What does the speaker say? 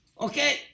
Okay